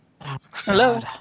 Hello